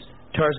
Tarzan